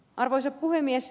arvoisa puhemies